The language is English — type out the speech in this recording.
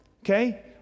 okay